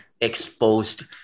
exposed